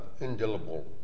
indelible